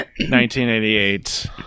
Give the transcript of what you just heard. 1988